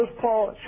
Paul